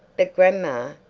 but, grandma.